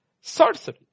Sorcery